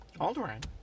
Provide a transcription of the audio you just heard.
Alderaan